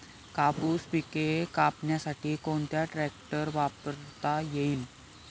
कापूस पिके कापण्यासाठी कोणता ट्रॅक्टर वापरता येईल?